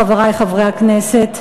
חברי חברי הכנסת,